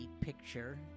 picture